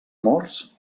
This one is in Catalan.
morts